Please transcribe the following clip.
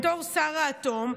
בתור שר האטום,